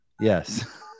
Yes